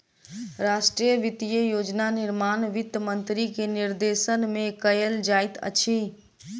राष्ट्रक वित्तीय योजना निर्माण वित्त मंत्री के निर्देशन में कयल जाइत अछि